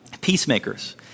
peacemakers